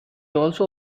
also